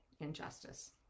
injustice